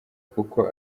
kuko